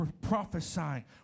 prophesying